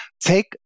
Take